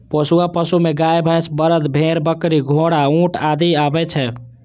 पोसुआ पशु मे गाय, भैंस, बरद, भेड़, बकरी, घोड़ा, ऊंट आदि आबै छै